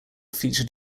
featured